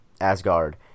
Asgard